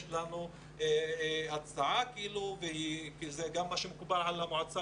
יש לנו הצעה, והיא מקובלת גם על המועצה